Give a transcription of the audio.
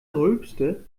rülpste